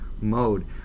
mode